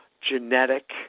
genetic